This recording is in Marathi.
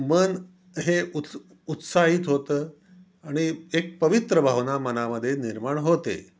मन हे उत्स उत्साहित होतं आणि एक पवित्र भावना मनामध्ये निर्माण होते